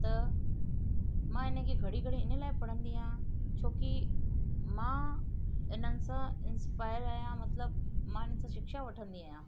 त मां इन खे घड़ी घड़ी इन लाइ पढ़ंदी आहियां छोकी मां हिननि सां इंस्पायर आहियां मतिलबु मां हिननि सां शिक्षा वठंदी आहियां